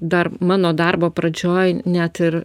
dar mano darbo pradžioj net ir